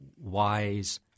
wise